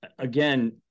again